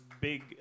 big